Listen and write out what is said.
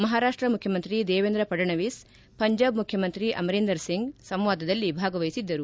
ಮಹಾರಾಪ್ಷ ಮುಖ್ಯಮಂತ್ರಿ ದೇವೇಂದ್ರ ಪಡಣವಿಸ್ ಪಂಜಾಬ್ ಮುಖ್ಯಮಂತ್ರಿ ಅಮರೀಂಧರ್ ಸಿಂಗ್ ಸಂವಾದದಲ್ಲಿ ಭಾಗವಹಿಸಿದ್ದರು